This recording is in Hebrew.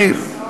מאיר,